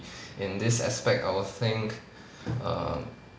in this aspect I will think err